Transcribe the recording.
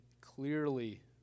clearly